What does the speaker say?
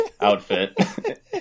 outfit